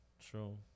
true